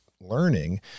learning